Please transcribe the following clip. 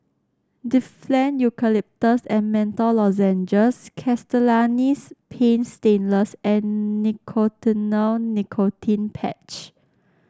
Difflam Eucalyptus and Menthol Lozenges Castellani's Paint Stainless and Nicotinell Nicotine Patch